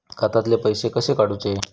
खात्यातले पैसे कसे काडूचे?